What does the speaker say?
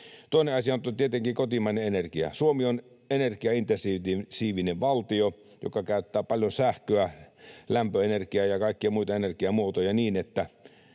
Toinen asia on tietenkin kotimainen energia. Suomi on energiaintensiivinen valtio, joka käyttää paljon sähköä, lämpöenergiaa ja kaikkia muita energiamuotoja. Sitä